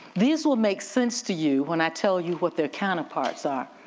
these will make sense to you when i tell you what their counterparts are.